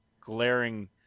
glaring